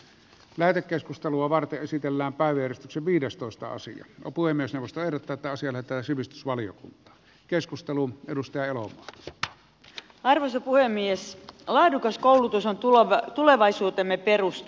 lähetekeskustelua varten esitellään päivystyksen viidestoista osin o poimiessaan startataan siellä tai sivistysvaliokunta keskustelun perusteella ollut varsin puhemies laadukas koulutus on tulevaisuutemme perusta